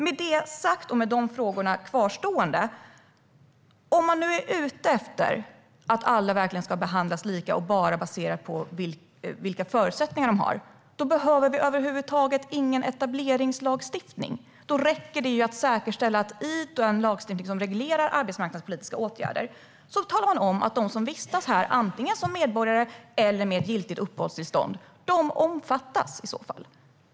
Med det sagt och med de frågorna kvarstående: Om man nu är ute efter att alla verkligen ska behandlas lika och bara basera detta på vilka förutsättningar de har behöver vi över huvud taget ingen etableringslagstiftning. Då räcker det ju att säkerställa att man i den lagstiftning som reglerar arbetsmarknadspolitiska åtgärder talar om att den som vistas här antingen som medborgare eller med giltigt uppehållstillstånd omfattas.